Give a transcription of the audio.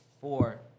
four